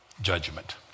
Judgment